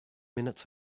minutes